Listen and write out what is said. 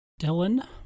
Dylan